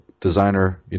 designer